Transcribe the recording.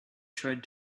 tried